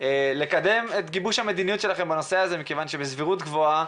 לקדם את גיבוש המדיניות שלכם בנושא כי בסבירות גבוהה